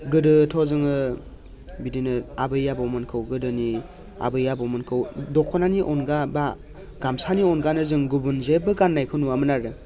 गोदोथ' जोङो बिदिनो आबै आबौमोनखौ गोदोनि आबै आबौमोनखौ दख'नानि अनगा बा गामसानि अनगानो जों गुबुन जेबबो गाननायखौ नुआमोन आरो